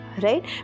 right